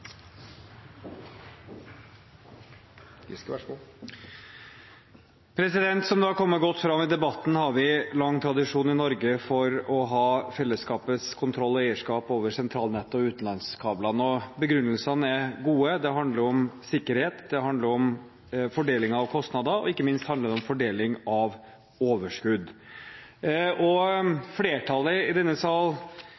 Som det har kommet godt fram i debatten, har vi lang tradisjon i Norge for fellesskapets kontroll og eierskap over sentralnettet og utenlandskablene. Begrunnelsene er gode. Det handler om sikkerhet, det handler om fordeling av kostnader, og ikke minst handler det om fordeling av overskudd.